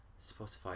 Spotify